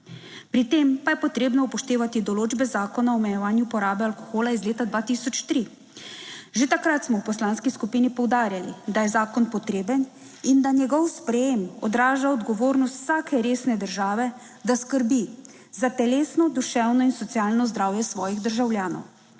Pri tem pa je potrebno upoštevati določbe Zakona o omejevanju porabe alkohola iz leta 2003. Že takrat smo v poslanski skupini poudarili, da je zakon potreben in da njegov sprejem odraža odgovornost vsake resne države, da skrbi za telesno, duševno in socialno zdravje svojih državljanov.